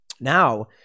Now